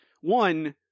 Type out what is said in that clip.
one